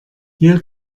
hier